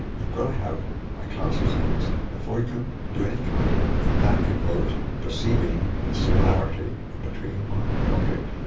you've got to have a class of things before you can do any counting, and that involves perceiving the similarity between one object